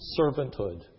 Servanthood